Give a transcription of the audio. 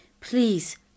please